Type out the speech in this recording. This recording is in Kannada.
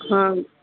ಹಾಂ